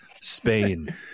Spain